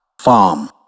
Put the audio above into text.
farm